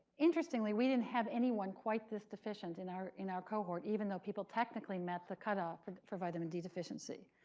interestingly, we didn't have anyone quite this deficient in our in our cohort, even though people technically met the cutoff for vitamin d deficiency.